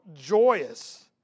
joyous